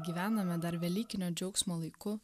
gyvename dar velykinio džiaugsmo laiku